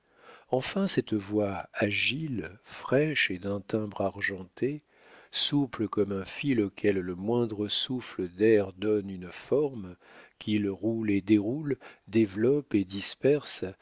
enfin cette voix agile fraîche et d'un timbre argenté souple comme un fil auquel le moindre souffle d'air donne une forme qu'il roule et déroule développe et disperse